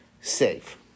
safe